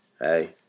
Hey